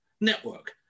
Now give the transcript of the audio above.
network